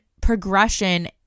progression